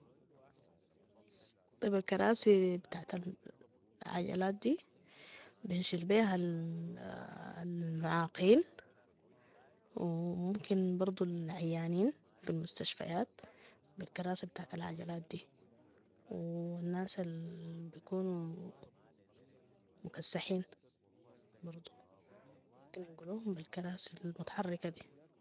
طيب الكراسي بتاعة العجلات دي بنشيل بيها المقاين و ممكن برضوالعيانين في المستشفيات بالكراسي بتاعة العجلات دي و والناس البيكونوا مكسحين برضو ممكن ينقلوهم بالكراسي المتحركه دي